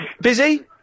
Busy